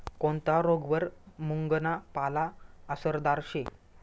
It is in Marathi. कोनता रोगवर मुंगना पाला आसरदार शे